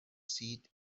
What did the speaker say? seat